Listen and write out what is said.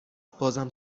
بازم